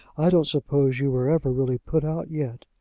i don't suppose you were ever really put out yet.